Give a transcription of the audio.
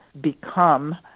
become